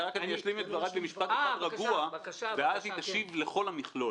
אולי רק אשלים את דבריי במשפט אחד רגוע ואז היא תשיב לכל המכלול.